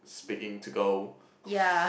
speaking to go